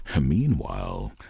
Meanwhile